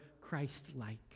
Christ-like